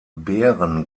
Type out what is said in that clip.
bären